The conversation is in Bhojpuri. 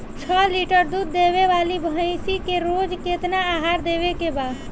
छह लीटर दूध देवे वाली भैंस के रोज केतना आहार देवे के बा?